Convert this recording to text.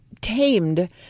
tamed